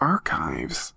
Archives